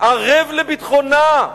ערב לביטחונה,